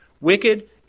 Wicked